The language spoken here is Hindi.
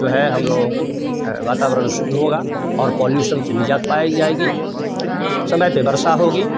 जो है हम लोगों को वातावरण शुद्ध होगा और पॉल्यूशन से निजात पाई जाएगी समय पर वर्षा होगी